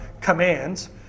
commands